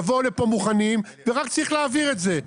יבואו לפה מוכנים ורק צריך להעביר את זה,